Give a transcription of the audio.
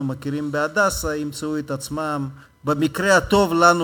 מכירים ב"הדסה" ימצאו את עצמם במקרה הטוב לנו,